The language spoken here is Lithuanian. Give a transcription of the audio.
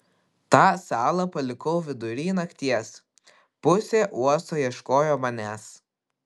tą salą palikau vidury nakties pusė uosto ieškojo manęs